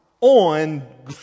on